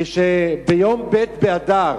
כשביום ב' באדר